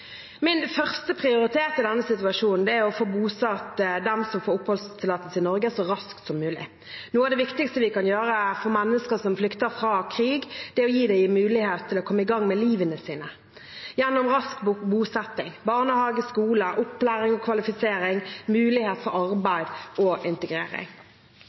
Min første prioritet i denne situasjonen er å få bosatt dem som får oppholdstillatelse i Norge, så raskt som mulig. Noe av det viktigste vi kan gjøre for mennesker som flykter fra krig, er å gi dem mulighet til å komme i gang med livet sitt gjennom rask bosetting, barnehage, skole, opplæring og kvalifisering, mulighet for arbeid og integrering.